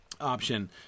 option